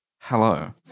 hello